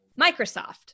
Microsoft